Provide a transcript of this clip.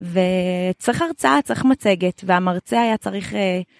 וצריך הרצאה, צריך מצגת, והמרצה היה צריך...